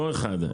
לא אחד.